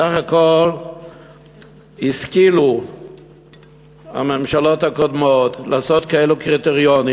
סך הכול השכילו הממשלות הקודמות לעשות כאלה קריטריונים,